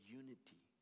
unity